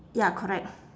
ya correct